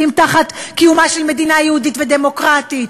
תחת קיומה של מדינה יהודית ודמוקרטית,